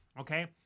Okay